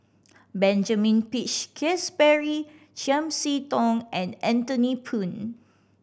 Benjamin Peach Keasberry Chiam See Tong and Anthony Poon